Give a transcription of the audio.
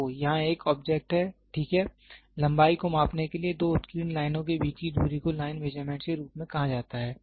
तो यहाँ एक ऑब्जेक्ट है ठीक है लंबाई को मापने के लिए दो उत्कीर्ण लाइनों के बीच की दूरी को लाइन मेजरमेंट्स के रूप में कहा जाता है